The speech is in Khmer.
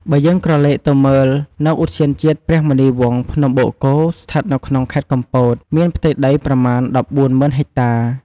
បើយើងក្រឡេកទៅមើលនៅ ឧទ្យានជាតិព្រះមុនីវង្សភ្នំបូកគោ ស្ថិតនៅក្នុងខេត្តកំពត មានផ្ទៃដីប្រមាណ ១៤០,០០០ ហិចតា។